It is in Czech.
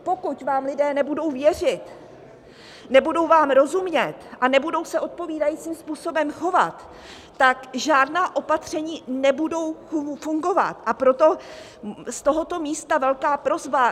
Pokud vám lidé nebudou věřit, nebudou vám rozumět a nebudou se odpovídajícím způsobem chovat, tak žádná opatření nebudou fungovat, a proto z tohoto místa velká prosba.